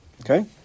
Okay